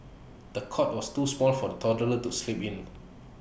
the cot was too small for the toddler to sleep in